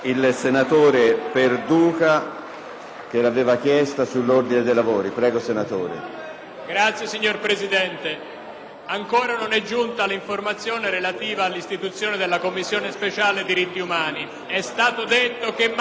ringrazio, signor Presidente.